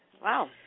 Wow